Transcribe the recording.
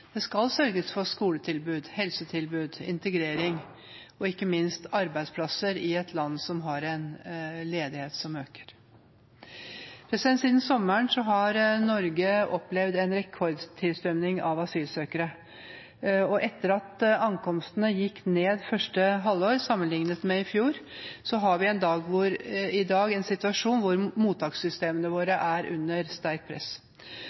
Det skal sørges for skoletilbud, helsetilbud, integrering og ikke minst arbeidsplasser i et land som har en ledighet som øker. Siden sommeren har Norge opplevd en rekordtilstrømning av asylsøkere. Etter at antall ankomster gikk ned første halvår sammenlignet med i fjor, har vi i dag en situasjon hvor mottakssystemene våre er under sterkt press.